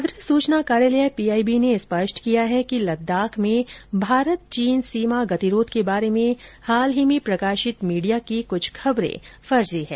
पत्र सूचना कार्यालय पीआईबी ने स्पष्ट किया है कि लद्दाख में भारत चीन सीमा गतिरोध के बारे में हाल में प्रकाशित मीडिया की कुछ खबरे फर्जी हैं